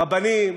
הרבנים,